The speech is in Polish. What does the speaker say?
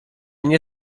nie